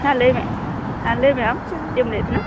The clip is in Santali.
ᱦᱮᱸ ᱞᱟᱹᱭ ᱢᱮ ᱦᱮᱸ ᱞᱟᱹᱭᱢᱮ ᱟᱢ ᱪᱮᱫ ᱮᱢ ᱞᱟᱹᱭᱮᱫ ᱛᱟᱦᱮᱱᱟ